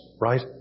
Right